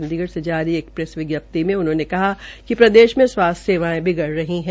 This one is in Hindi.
चंडीगढ़ से जारी एक प्रेस विजप्ति में उन्होंने कहा प्रदेश में स्वास्थ्य सेवायें बिगड़ रही है